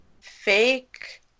fake